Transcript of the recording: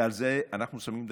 ועל זה אנחנו שמים דגש: